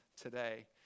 today